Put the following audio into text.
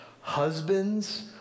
Husbands